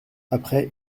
après